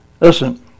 Listen